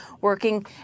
working